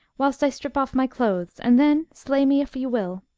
whilst i strip off my clothes, and then slay me if you will